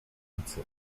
nicy